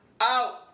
Out